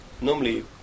normally